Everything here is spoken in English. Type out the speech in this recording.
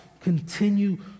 Continue